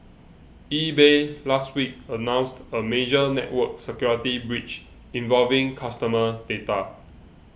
eBay last week announced a major network security breach involving customer data